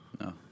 No